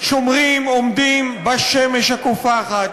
שומרים עומדים בשמש הקופחת,